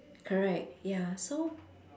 correct ya so